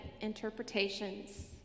interpretations